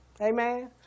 Amen